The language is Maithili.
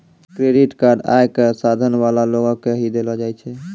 क्रेडिट कार्ड आय क साधन वाला लोगो के ही दयलो जाय छै